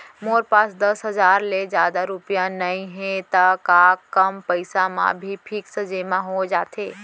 मोर पास दस हजार ले जादा रुपिया नइहे त का कम रुपिया म भी फिक्स जेमा हो जाथे?